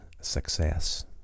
success